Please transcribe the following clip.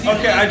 Okay